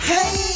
Hey